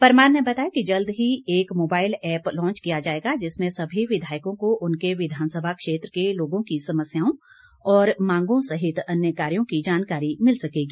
परमार ने बताया कि जल्द ही एक मोबाईल ऐप लाँच किया जाएगा जिसमें सभी विधायकों को उनके विधानसभा क्षेत्र के लोगों की समस्याओं और मांगों सहित अन्य कार्यों की जानकारी मिल सकेगी